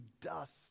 dust